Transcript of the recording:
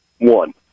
One